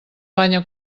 banya